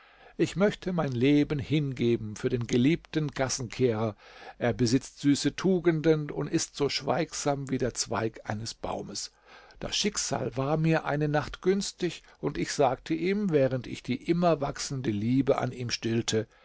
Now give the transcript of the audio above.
ich möchte mein leben hingeben für den geliebten gassenkehrer er besitzt süße tugenden und ist so schweigsam wie der zweig eines baumes das schicksal war mir eine nacht günstig und ich sagte ihm während ich die immer wachsende liebe an ihm stillte